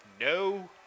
no